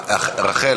תודה לך,